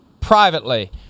privately